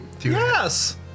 Yes